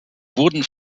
wurden